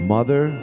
Mother